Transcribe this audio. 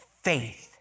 faith